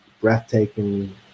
breathtaking